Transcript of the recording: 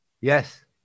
Yes